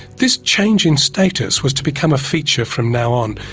this change in status was to become a feature from now on.